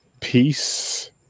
Peace